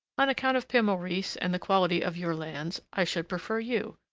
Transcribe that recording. on account of pere maurice and the quality of your lands, i should prefer you.